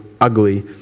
ugly